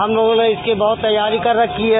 हम लोगों ने इसकी बहुत तैयारी कर रखी है